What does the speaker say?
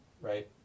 right